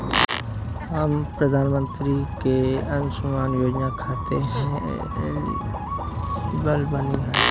हम प्रधानमंत्री के अंशुमान योजना खाते हैं एलिजिबल बनी?